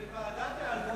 לוועדת היעלבויות.